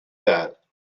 that